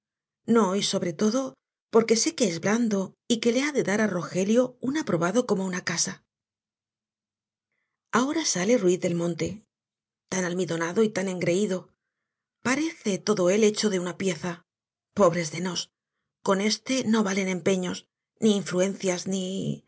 no y sobre todo porque sé que es blando y que le ha de dar á rogelio un aprobado como una casa ahora sale ruiz del monte tan almidonado y tan engreído parece todo él hecho de una pieza pobres de nos con éste no valen empeños ni influencias ni